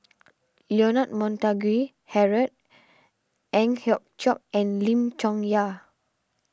Leonard Montague Harrod Ang Hiong Chiok and Lim Chong Yah